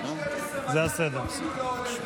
לא, זה הסדר.